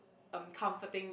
um comforting